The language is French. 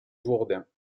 jourdain